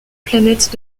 planètes